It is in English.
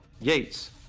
Yates